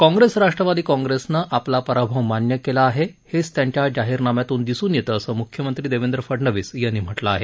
काँग्रेस राष्ट्रवादी काँग्रेसनं आपला पराभव मान्य केला आहे हेच त्यांच्या जाहीरनाम्यातून दिसून येतं असं मुख्यमंत्री देवेंद्र फडनवीस यांनी म्हटलं आहे